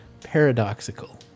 paradoxical